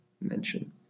mention